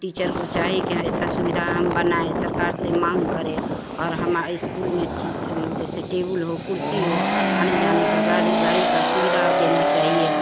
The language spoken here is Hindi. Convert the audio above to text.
टीचर को चाहिए कि हाँ ऐसी सुविधा हम बनाएँ सरकार से माँग करे और हमारे इस्कूल में जैसे टेबल हो कुर्सी हो आने जाने की गाड़ी की सुविधा देनी चाहिए